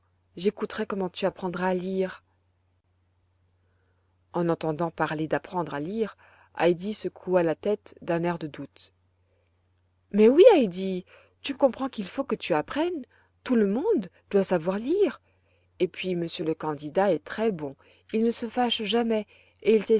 j'écouterai comment tu apprendras à lire en entendant parler d'apprendre à lire heidi secoua la tête d'un air de doute mais oui heidi tu comprends qu'il faut que tu apprennes tout le monde doit savoir lire et puis monsieur le candidat est très bon il ne se fâche jamais